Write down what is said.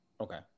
Okay